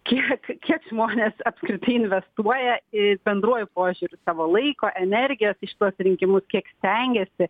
kiek kiek žmonės apskritai investuoja ir bendruoju požiūriu savo laiko energijos į šituos rinkimus kiek stengiasi